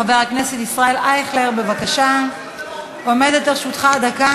ההצעה עברה, והיא תועבר לדיון בוועדת החינוך,